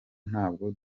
ntabwo